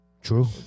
True